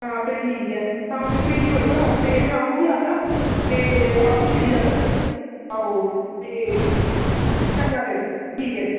आं फिर ठीक ऐ आं ते में भेजी ओड़गा ते आपूं बी आई जाह्गा ते आपूं छड्डी आह्गा ओह् ते ठीक ऐ जी